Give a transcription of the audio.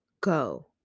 go